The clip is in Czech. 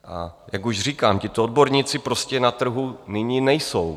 A jak už říkám, tito odborníci prostě na trhu nyní nejsou.